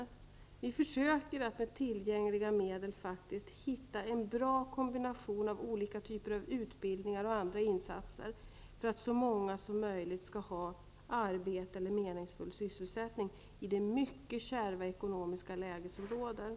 Regeringen försöker att med tillgängliga medel hitta en bra kombination av olika typer av utbildningar och andra insatser för att så många som möjligt skall ha arbete eller meningsfull sysselsättning i det mycket kärva ekonomiska läge som råder.